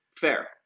Fair